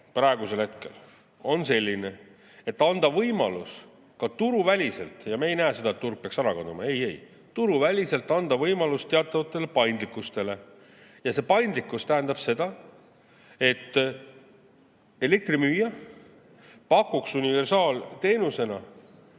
praegusel hetkel on selline, et anda võimalus ka turuväliselt – ja me ei näe seda, et turg peaks ära kaduma, ei-ei – teatavatele paindlikkustele. Ja see paindlikkus tähendab seda, et elektrimüüja pakuks universaalteenusena